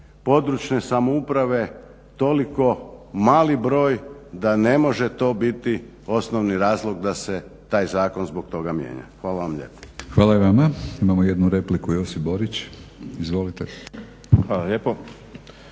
područne samouprave toliko mali broj da ne može to biti osnovni razlog da se taj zakon zbog toga mijenja. Hvala vam lijepo.